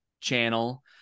channel